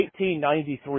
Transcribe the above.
1893